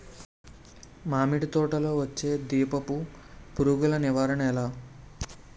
మామిడి తోటలో వచ్చే దీపపు పురుగుల నివారణ ఎలా?